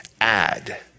add